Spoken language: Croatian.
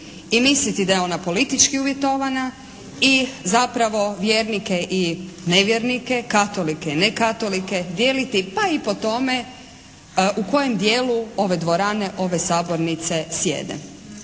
i misliti da je ona politički uvjetovana i zapravo vjernike i nevjernike, katolike i nekatolike dijeliti pa i po tome u kojem dijelu ove dvorane, ove sabornice sjede.